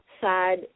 side